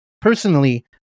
Personally